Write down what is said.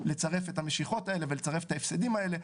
לצרף את המשיכות האלה ולצרף את ההפסדים האלה,